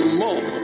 more